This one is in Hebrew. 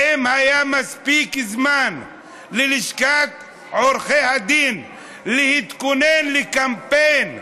האם היה מספיק זמן ללשכת עורכי הדין להתכונן לקמפיין שראינו,